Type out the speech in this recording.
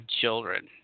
children